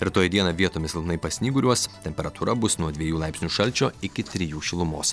rytoj dieną vietomis silpnai pasnyguriuos temperatūra bus nuo dviejų laipsnių šalčio iki trijų šilumos